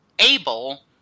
able